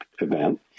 event